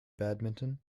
badminton